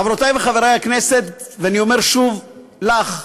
חברותי וחברי חברי הכנסת, ואני אומר שוב לך,